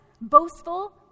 boastful